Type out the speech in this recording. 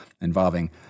involving